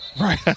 Right